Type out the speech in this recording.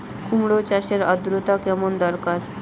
কুমড়ো চাষের আর্দ্রতা কেমন দরকার?